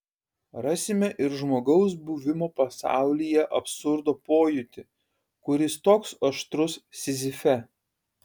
rasime ir žmogaus buvimo pasaulyje absurdo pojūtį kuris toks aštrus sizife